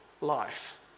life